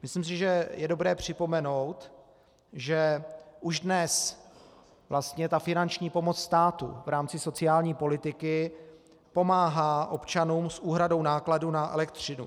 Myslím si, že je dobré připomenout, že už dnes vlastně finanční pomoc státu v rámci sociální politiky pomáhá občanům s úhradou nákladů na elektřinu.